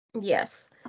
Yes